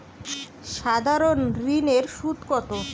সাধারণ ঋণের সুদ কত?